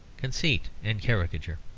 conceit and caricature